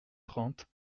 trente